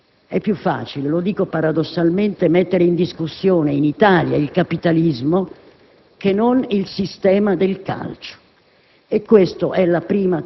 profonda anche sui comportamenti di milioni di persone, è molto difficile pensare a come la politica possa intervenire per affrontare un tale problema.